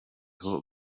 aho